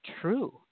true